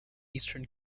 eastern